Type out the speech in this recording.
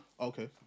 Okay